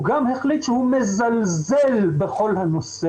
הוא גם החליט שהוא מזלזל בכל הנושא